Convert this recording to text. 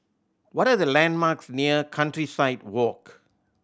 what are the landmarks near Countryside Walk